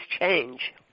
change